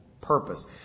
purpose